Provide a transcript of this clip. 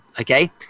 okay